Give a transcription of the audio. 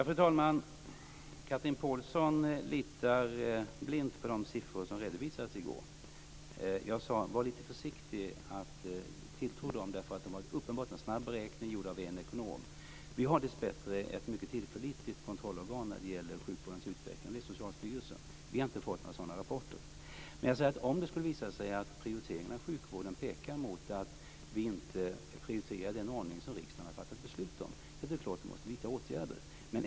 Fru talman! Chatrine Pålsson litar blint på de siffror som redovisades i går. Jag sade att man skall vara lite försiktig med tilltron till dem. De var uppenbarligen resultatet av en snabb beräkning gjord av en ekonom. Vi har dessbättre ett tillförlitligt kontrollorgan av sjukvårdens utveckling, nämligen Socialstyrelsen. Vi har inte fått några sådana rapporter. Men om prioriteringarna i sjukvården kommer att visa sig peka mot en annan ordning än den riksdagen har fattat beslut om måste vi vidta åtgärder.